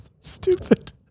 stupid